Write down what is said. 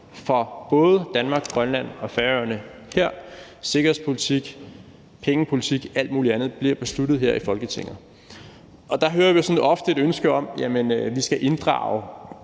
for både Danmark, Grønland og Færøerne her. Sikkerhedspolitik og pengepolitik og alt muligt andet bliver besluttet her i Folketinget. Der hører vi ofte et ønske om, at vi skal inddrage